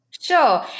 Sure